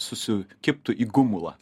susikibtų į gumulą